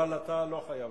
אבל אתה לא חייב.